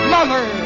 Mother